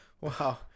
Wow